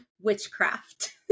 witchcraft